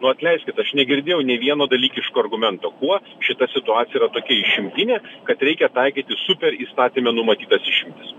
nu atleiskit aš negirdėjau nė vieno dalykiško argumento kuo šitą situaciją yra tokia išimtinė kad reikia taikyti super įstatyme numatytas išimtis